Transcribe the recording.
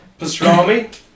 Pastrami